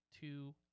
two